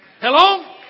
Hello